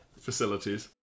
facilities